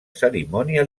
cerimònia